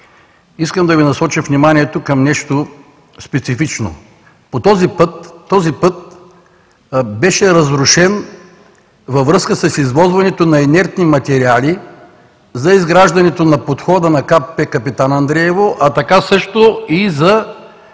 Искам да Ви насоча вниманието към нещо специфично – този път беше разрушен във връзка с извозването на инертни материали за изграждането на подхода ГКПП „Капитан Андреево”, а така също и за